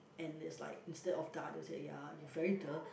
and is like instead of the other ya you very duh